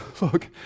look